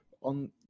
on